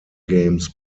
games